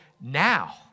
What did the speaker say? now